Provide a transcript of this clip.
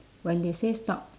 when they say stop